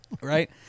right